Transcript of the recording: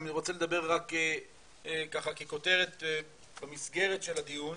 רוצה לדבר רק ככותרת במסגרת של הדיון,